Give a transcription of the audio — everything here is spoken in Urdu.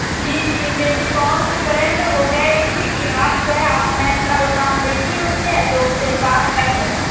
جی جی میری بہت سی فرینڈ وہ کہہ رہی تھی کہ آپ جو ہے آپ میم کا دُکان دیکھی ہوئی ہیں تو اُس سے بات کر لو تم